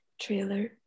trailer